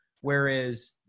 whereas